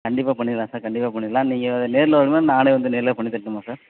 கண்டிப்பாக பண்ணிடலாம் சார் கண்டிப்பாக பண்ணிடலாம் நீங்கள் நேரில் வர முடியுமா நானே வந்து நேர்லேயே பண்ணித் தரட்டுமா சார்